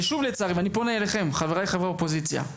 ואני פונה אליכם חברי באופוזיציה,